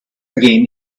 again